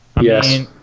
Yes